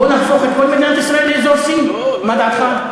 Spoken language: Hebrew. בוא נהפוך את כל מדינת ישראל לאזור C, מה דעתך?